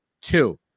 two